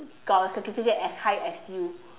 got a certificate as high as you